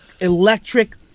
electric